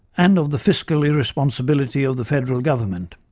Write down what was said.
and of the fiscal irresponsibility of the federal government.